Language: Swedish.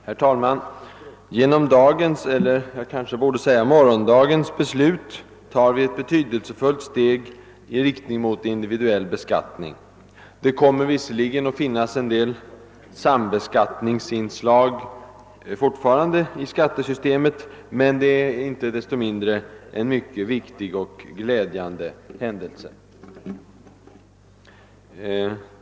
Herr talman! Genom dagens beslut ar vi ett betydelsefullt steg i riktning mot individuell beskattning. Det kommer visserligen att även fortsättningsvis finnas en del sambeskattningsinslag i skattesystemet, men beslutet är inte desto mindre en mycket viktig och glädjande händelse.